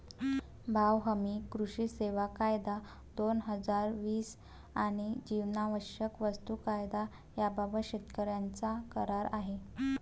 भाव हमी, कृषी सेवा कायदा, दोन हजार वीस आणि जीवनावश्यक वस्तू कायदा याबाबत शेतकऱ्यांचा करार आहे